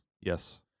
Yes